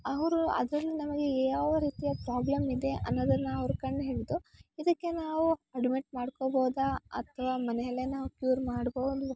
ಅವರು ಅದನ್ನ ನಮಗೆ ಯಾವ ರೀತಿಯ ಪ್ರಾಬ್ಲಮ್ ಇದೆ ಅನ್ನೋದನ್ನು ಅವರು ಕಂಡು ಹಿಡಿದು ಇದಕ್ಕೆ ನಾವು ಅಡ್ಮಿಟ್ ಮಾಡ್ಕೊಬೋದಾ ಅಥವಾ ಮನೆಯಲ್ಲೇ ನಾವು ಕ್ಯೂರ್ ಮಾಡ್ಬೋದು